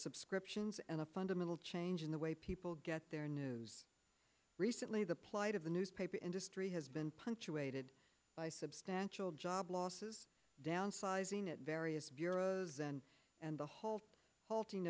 subscriptions and a fundamental change in the way people get their news recently the plight of the newspaper industry has been punctuated by substantial job losses downsizing at various bureaus and the halt halting